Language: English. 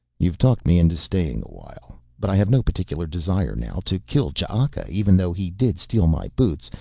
you've talked me into staying a while. but i have no particular desire now to kill ch'aka, even though he did steal my boots.